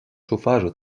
chauffage